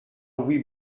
louis